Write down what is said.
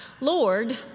Lord